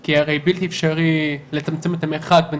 כי הרי בלתי אפשרי לצמצם את המרחק בין